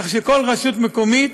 כך שכל רשות מקומית